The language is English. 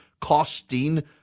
costing